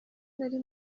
nari